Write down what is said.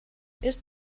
ist